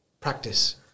practice